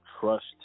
trust